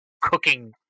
cooking